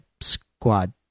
squad